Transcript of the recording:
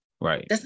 Right